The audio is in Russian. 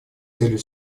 целью